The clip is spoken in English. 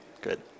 Good